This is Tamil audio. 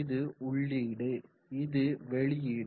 இது உள்ளீடு இது வெளியீடு